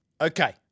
Okay